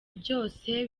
byose